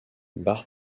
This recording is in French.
bart